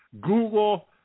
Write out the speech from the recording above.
Google